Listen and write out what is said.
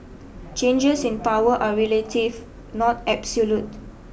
changes in power are relative not absolute